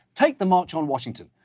take the march on washington.